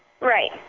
Right